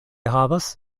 havas